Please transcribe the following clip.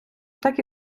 так